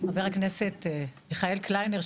חבר הכנסת מיכאל קליינר,